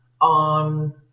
on